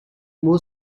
more